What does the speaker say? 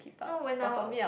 no when now